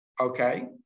okay